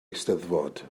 eisteddfod